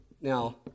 Now